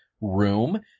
room